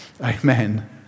Amen